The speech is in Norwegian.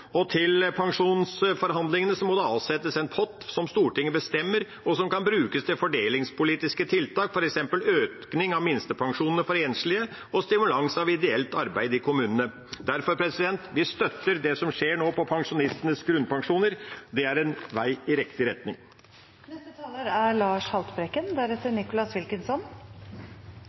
Og det må avsettes en pott til pensjonsforhandlingene som Stortinget bestemmer, og som kan brukes til fordelingspolitiske tiltak, f.eks. økning av minstepensjonene for enslige og stimulans av ideelt arbeid i kommunene. Derfor: Vi støtter det som skjer nå på pensjonistenes grunnpensjoner. Det er et steg i riktig retning.